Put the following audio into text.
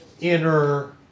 inner